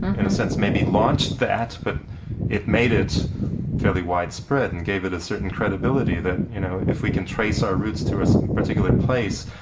in a sense, maybe launched that. but it made it fairly widespread and gave it a certain credibility that, you know, if we can trace our roots to a particular place,